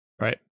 Right